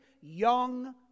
young